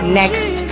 next